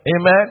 Amen